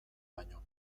baino